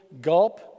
gulp